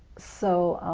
so